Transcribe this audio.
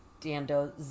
Dando